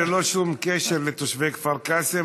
ללא שום קשר לתושבי כפר קאסם,